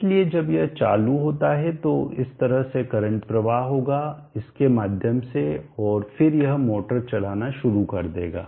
इसलिए जब यह चालू होता है तो इस तरह से करंट प्रवाह होगा इसके माध्यम से और फिर यह मोटर चलाना शुरू कर देगा